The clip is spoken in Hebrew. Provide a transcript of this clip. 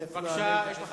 אני אפילו לא אענה על זה.